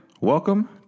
welcome